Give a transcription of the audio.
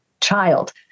child